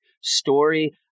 story